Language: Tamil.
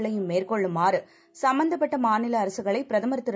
ளையும்மேற்கொள்ளுமாறுசம்பந்தப்பட்டமாநிலஅரசுகளைபிரதமர்திரு